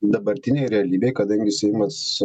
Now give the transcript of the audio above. dabartinėj realybėj kadangi seimas